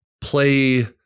play